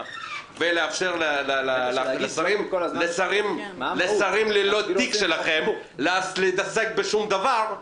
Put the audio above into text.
ולאפשר לשרים ללא תיק שלכם להתעסק בשום דבר,